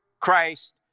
Christ